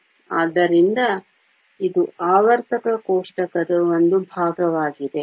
ಆದ್ದರಿಂದ ಇದು ಆವರ್ತಕ ಕೋಷ್ಟಕದ ಒಂದು ಭಾಗವಾಗಿದೆ